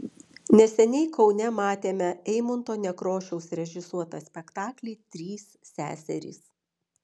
neseniai kaune matėme eimunto nekrošiaus režisuotą spektaklį trys seserys